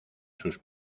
sus